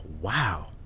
Wow